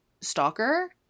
stalker